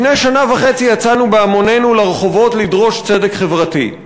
לפני שנה וחצי יצאנו בהמונינו לרחובות לדרוש צדק חברתי.